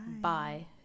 bye